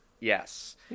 Yes